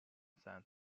cent